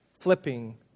flipping